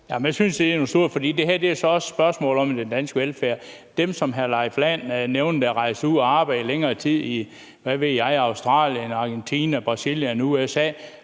jeg synes, det er noget sludder, for det her er også et spørgsmål om den danske velfærd. Dem, som hr. Leif Lahn Jensen nævner, der rejser ud og arbejder i længere tid i, hvad ved jeg, Australien, Argentina, Brasilien